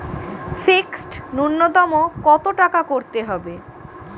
Fixed নুন্যতম কত টাকা করতে হবে?